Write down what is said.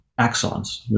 axons